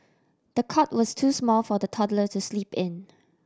the cot was too small for the toddler to sleep in